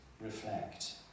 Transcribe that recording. reflect